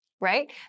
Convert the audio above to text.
Right